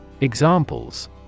Examples